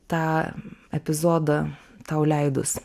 tą epizodą tau leidus